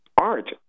art